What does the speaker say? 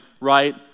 right